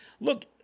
Look